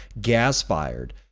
gas-fired